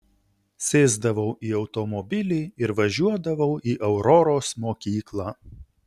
sėsdavau į automobilį ir važiuodavau į auroros mokyklą